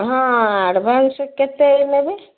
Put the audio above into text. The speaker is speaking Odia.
ହଁ ଆଡ଼ଭାନ୍ସ କେତେ ନେବେ